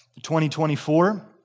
2024